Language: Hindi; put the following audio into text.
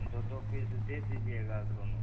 दो दो पीस दे दीजिए दोनों